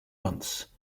months